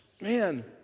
man